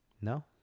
No